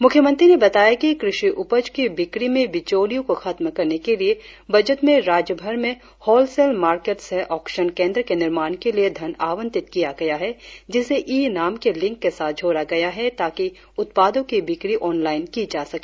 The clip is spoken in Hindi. मुख्यमंत्री ने बताया कि कृषि उपज की बिक्री में बिचौलियों को खत्म करने के लिए बजट में राज्यभर में हॉलसेल मार्केट सह ऑक्सन केंद्र के निर्माण के लिए धन आवंटित किया गया है जिसे ई नाम के लिंक के साथ जोड़ा गया है ताकि उत्पादों की बिक्री ऑनलाइन की जा सके